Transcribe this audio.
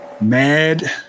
mad